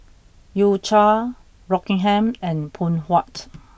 U Cha Rockingham and Phoon Huat